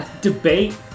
debate